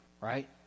right